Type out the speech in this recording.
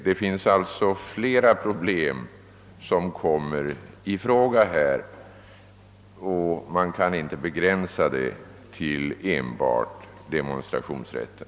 Det finns alltså flera problem som i detta fall kan komma i fråga och det rör sig inte enbart om demonstrationsrätten.